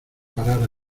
parar